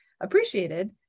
appreciated